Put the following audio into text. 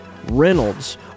Reynolds